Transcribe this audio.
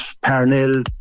Parnell